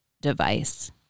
device